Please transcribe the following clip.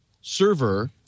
server